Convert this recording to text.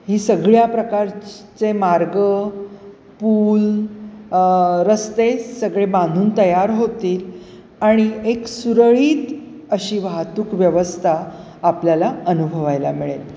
ही सगळ्या प्रकारचे मार्ग पूल रस्ते सगळे बांधून तयार होतील आणि एक सुरळीत अशी वाहतूक व्यवस्था आपल्याला अनुभवायला मिळेल